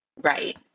Right